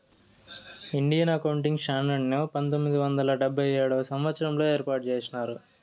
Indian accounting standards ని పంతొమ్మిది వందల డెబ్భై ఏడవ సంవచ్చరంలో ఏర్పాటు చేసినారు